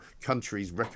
countries